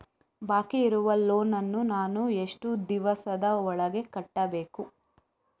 ಬಾಕಿ ಇರುವ ಲೋನ್ ನನ್ನ ನಾನು ಎಷ್ಟು ದಿವಸದ ಒಳಗೆ ಕಟ್ಟಬೇಕು?